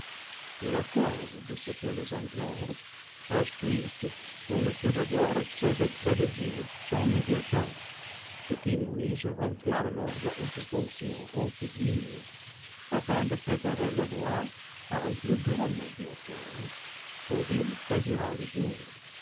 il accorde ce qu'elles implorent instruites qu'on ne peut avoir accès auprès de dieu sans mé diateur de qui moïse remplit alors la haute fonction en figure afin de préparer la voie à un plus grand médiateur dont il prédira le jour